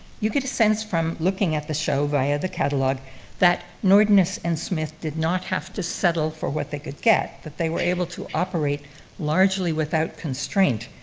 you get a sense from looking at this show via the catalogue that nordness and smith did not have to settle for what they could get, but they were able to operate largely without constraint.